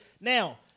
Now